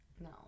no